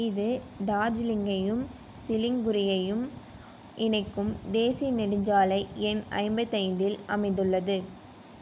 இது டார்ஜிலிங்கையும் சிலிங்குரியையும் இணைக்கும் தேசிய நெடுஞ்சாலை எண் ஐம்பத்தி ஐந்தில் அமைந்துள்ளது